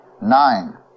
Nine